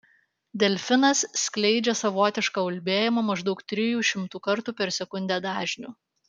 delfinas skleidžia savotišką ulbėjimą maždaug trijų šimtų kartų per sekundę dažniu